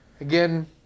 again